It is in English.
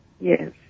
Yes